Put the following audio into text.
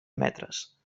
metres